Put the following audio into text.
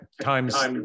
times